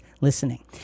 listening